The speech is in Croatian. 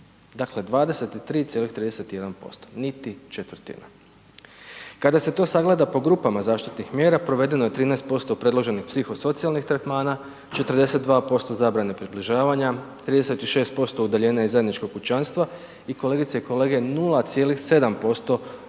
Dakle 23,31%, niti četvrtina. Kada se to sagleda po grupama zaštitnih mjera provedeno je 13% predloženih psihosocijalnih tretmana, 42% zabrane približavanja, 36% udaljenja iz zajedničkog kućanstva. I kolegice i kolege 0,7%